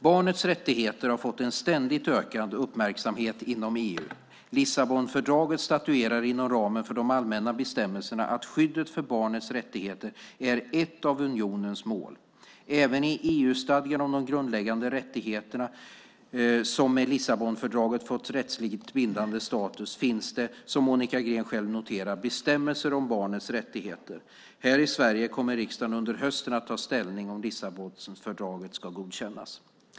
Barnets rättigheter har fått en ständigt ökande uppmärksamhet inom EU. Lissabonfördraget statuerar inom ramen för de allmänna bestämmelserna att skyddet för barnets rättigheter är ett av unionens mål. Även i EU-stadgan om de grundläggande rättigheterna som med Lissabonfördraget fått rättsligt bindande status finns det, som Monica Green själv noterar, bestämmelser om barnets rättigheter. Här i Sverige kommer riksdagen under hösten att ta ställning till om Lissabonfördraget ska godkännas.